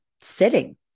sitting